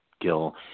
Gil